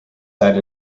set